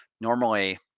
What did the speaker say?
normally